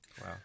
wow